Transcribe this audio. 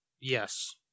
Yes